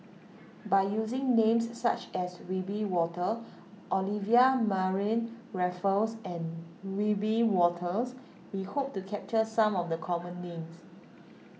by using names such as Wiebe Wolters Olivia Mariamne Raffles and Wiebe Wolters we hope to capture some of the common names